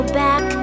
back